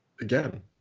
again